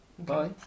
Bye